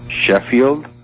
Sheffield